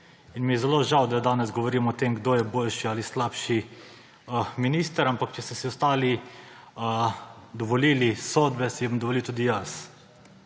mi je zelo žal, da danes govorimo o tem, kdo je boljši ali slabši minister, ampak če ste si ostali dovolili sodbe, si jo bom dovolil tudi jaz.